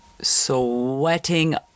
sweating